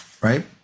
right